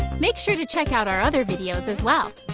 make sure to check out our other videos as well,